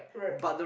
right